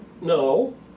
No